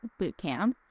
Bootcamp